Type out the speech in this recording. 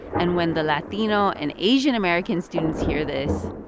and when the latino and asian-american students hear this,